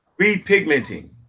repigmenting